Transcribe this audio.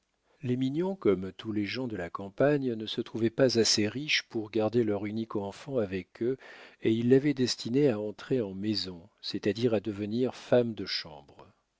les mignon comme tous les gens de la campagne ne se trouvaient pas assez riches pour garder leur unique enfant avec eux et ils l'avaient destinée à entrer en maison c'est-à-dire à devenir femme de chambre